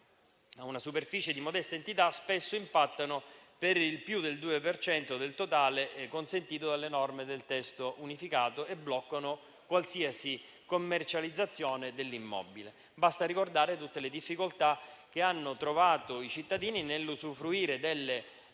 a una superficie di modesta entità spesso, impattano per più del 2 per cento del totale consentito dalle norme del testo unificato e bloccano qualsiasi commercializzazione dell'immobile. Basta ricordare tutte le difficoltà che hanno trovato i cittadini nell'usufruire delle